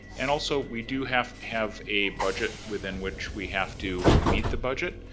and also we do have have a budget, within which we have to meet the budget.